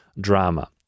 drama